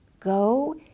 Go